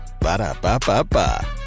Ba-da-ba-ba-ba